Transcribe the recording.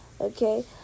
Okay